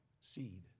seed